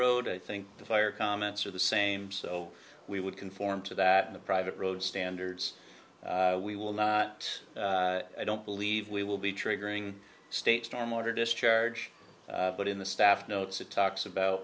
road i think the fire comments are the same so we would conform to that in the private road standards we will not i don't believe we will be triggering states to mordor discharge but in the staff notes it talks about